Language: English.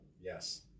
Yes